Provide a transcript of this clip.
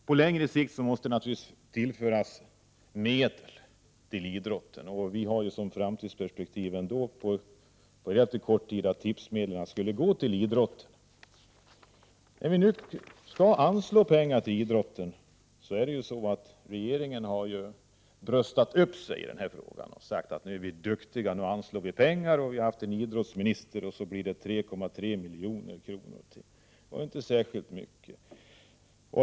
På längre sikt måste medel tillföras idrotten. Vi har som framtidsperspektiv och önskar även på kort sikt att tipsmedlen skall gå till idrotten. När vi nu skall anslå pengar till idrotten har regeringen ”bröstat upp sig” i den här frågan och sagt: Nu är vi duktiga, nu anslår vi pengar, vi har en idrottsminister. Så blir det en ökning med 3,3 miljoner. Det är inte särskilt mycket.